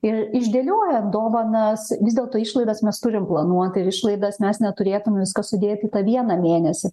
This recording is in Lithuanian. ir išdėliojat dovanas vis dėlto išlaidas mes turim planuot ir išlaidas mes neturėtum viską sudėt į tą vieną mėnesį